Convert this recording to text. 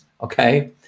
okay